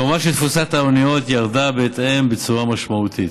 כמובן שתפוסת האוניות ירדה בהתאם בצורה משמעותית.